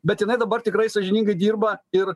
bet jinai dabar tikrai sąžiningai dirba ir